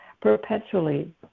perpetually